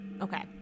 Okay